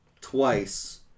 twice